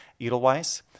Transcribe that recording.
Edelweiss